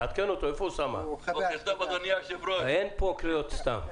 אין כאן סתם קריאות.